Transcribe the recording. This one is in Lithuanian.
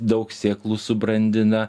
daug sėklų subrandina